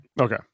Okay